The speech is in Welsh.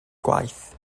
gwaith